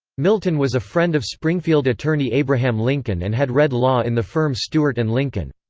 milton was a friend of springfield attorney abraham lincoln and had read law in the firm stuart and lincoln.